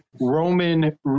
Roman